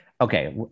Okay